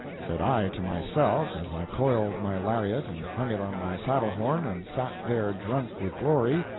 said i to myself, as i coiled my lariat and hung it on my saddle-horn, and sat there drunk with glory,